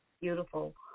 beautiful